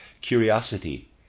Curiosity